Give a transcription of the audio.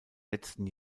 letzten